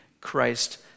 Christ